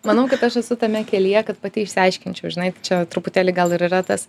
manau kad aš esu tame kelyje kad pati išsiaiškinčiau žinai čia truputėlį gal ir yra tas